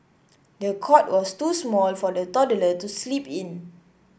the cot was too small for the toddler to sleep in